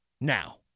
now